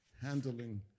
handling